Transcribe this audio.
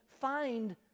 find